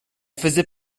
faisait